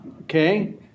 okay